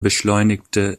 beschleunigte